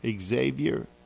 Xavier